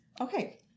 Okay